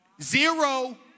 Zero